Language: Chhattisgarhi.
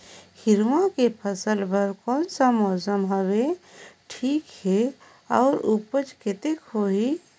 हिरवा के फसल बर कोन सा मौसम हवे ठीक हे अउर ऊपज कतेक होही?